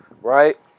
Right